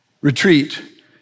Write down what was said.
Retreat